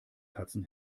katzen